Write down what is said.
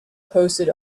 posted